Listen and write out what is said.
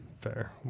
Fair